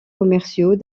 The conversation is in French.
commerciaux